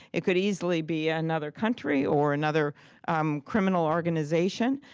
it could easily be another country or another um criminal organization,